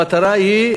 המטרה היא,